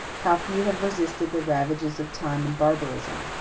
how few have resisted the ravages of time and barbarism!